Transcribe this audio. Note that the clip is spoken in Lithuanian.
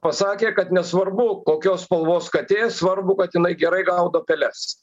pasakė kad nesvarbu kokios spalvos katė svarbu kad jinai gerai gaudo peles